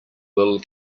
will